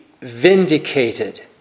vindicated